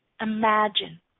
Imagine